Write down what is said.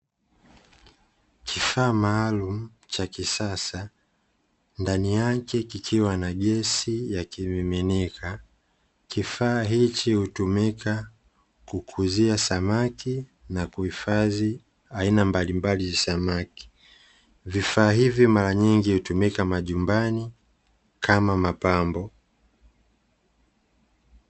Kifaa maalumu cha kisasa ndani yake kikiwa na gesi ya kimimnika, kifaa hiki hutumika kukuuzia samaki na kuhifadhi aina mbalimbali za samaki vifaa hivi mara nyingi hutumika majumbani kama mapambo.